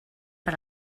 per